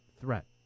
threat